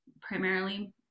primarily